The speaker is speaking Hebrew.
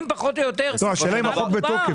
השאלה אם החוק בתוקף.